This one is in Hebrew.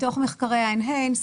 מתוך מחקרי ה-Enhance.